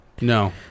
No